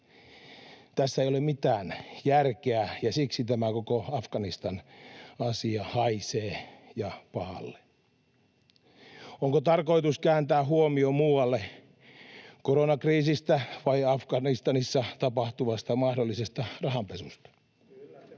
Tässä ei ole mitään järkeä, ja siksi tämä koko Afganistan-asia haisee ja pahalle. Onko tarkoitus kääntää huomio muualle koronakriisistä vai Afganistanissa tapahtuvasta mahdollisesta rahanpesusta?